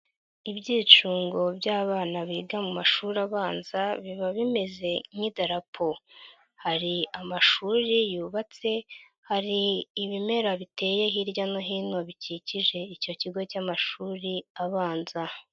Ibyicungo by'abana biga mu mashuri abanza biba bimeze nk'idarapo, hari amashuri yubatse, hari ibimera biteye hirya no hino bikikije icyo kigo cy'amashuri abanza.